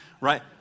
right